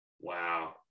Wow